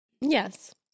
Yes